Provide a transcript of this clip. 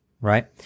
right